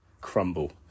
crumble